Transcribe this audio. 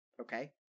Okay